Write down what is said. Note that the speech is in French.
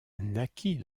naquit